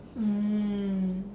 mm